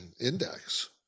index